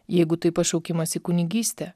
jeigu tai pašaukimas į kunigystę